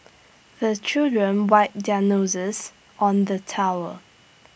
the children wipe their noses on the towel